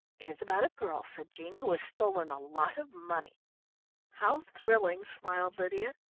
it is about a girl, said jean, who has stolen a lot of money how thrilling! smiled lydia.